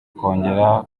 kongera